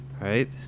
right